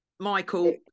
Michael